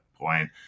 point